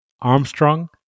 Armstrong